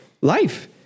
life